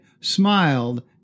smiled